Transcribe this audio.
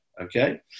Okay